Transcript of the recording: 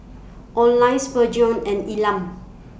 Oline Spurgeon and Elam